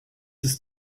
ist